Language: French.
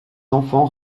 enfants